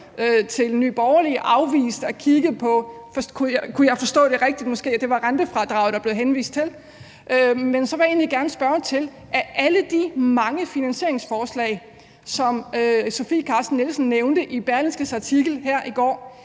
Nye Borgerlige afvist at kigge på rentefradraget, som der, hvis jeg forstod det rigtigt, blev henvist til, og så vil jeg egentlig gerne spørge om noget: Hvilke af alle de mange finansieringsforslag, som Sofie Carsten Nielsen nævnte i Berlingskes artikel her i går,